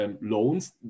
loans